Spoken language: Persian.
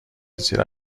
زیرا